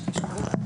היושב-ראש.